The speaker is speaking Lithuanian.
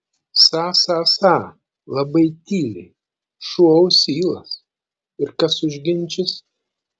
sa sa sa labai tyliai šuo ausylas ir kas užginčys